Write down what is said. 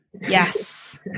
Yes